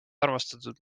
armastatud